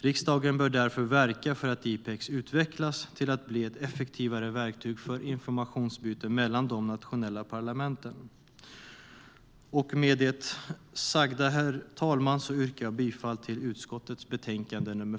Riksdagen bör därför verka för att IPEX utvecklas till att bli ett effektivare verktyg för informationsutbyte mellan de nationella parlamenten. Med det sagda, herr talman, yrkar jag på godkännande av utskottets anmälan i betänkande nr 5.